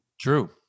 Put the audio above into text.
True